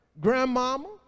Grandmama